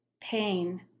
Pain